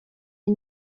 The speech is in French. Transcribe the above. une